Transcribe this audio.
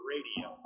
Radio